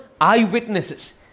eyewitnesses